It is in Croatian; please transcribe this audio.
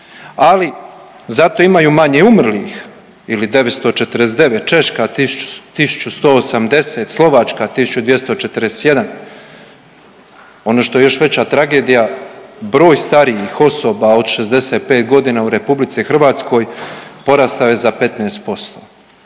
ali zato imaju manje umrlih ili 949, Češka 1.180, Slovačka 1.241. Ono što je još veća tragedija broj starijih osoba od 65.g. u RH porastao je za 15%